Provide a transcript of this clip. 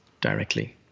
directly